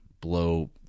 blow